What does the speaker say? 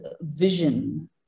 vision